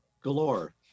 galore